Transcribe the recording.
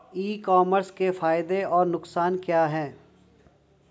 ई commerce के फायदे और नुकसान क्या हैं?